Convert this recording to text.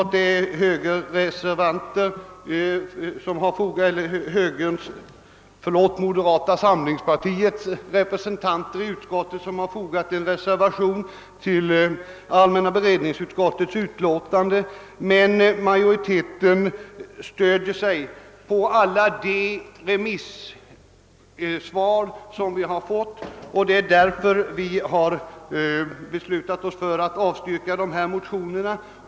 Moderata samlingspartiets representanter har fogat en reservation till utskottsutlåtandet, men majoriteten har med stöd av de remisssvar som inkommit beslutat sig för att avstyrka motionerna.